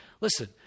Listen